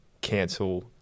cancel